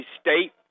State